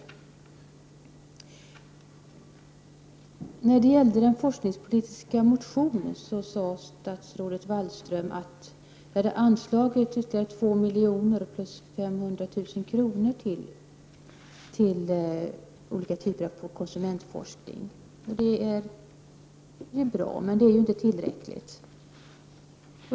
Statsrådet Wallström sade angående den forskningspolitiska motionen att det har anslagits ytterligare 2 milj.kr. plus 500 000 kr. till olika typer av konsumentforskning. Det är bra, men det är inte tillräckligt.